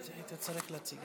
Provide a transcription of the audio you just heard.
ההצעה להעביר את הצעת